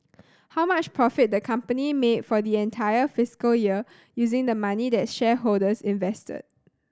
how much profit the company made for the entire fiscal year using the money that shareholders invested